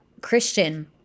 Christian